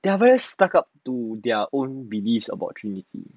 there are very stuck up to their own beliefs about trinity